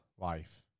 life